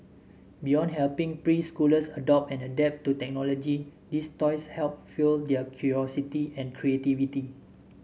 beyond helping preschoolers adopt and adapt to technology these toys help fuel their curiosity and creativity